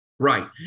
Right